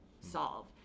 solve